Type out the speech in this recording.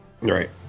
Right